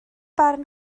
barn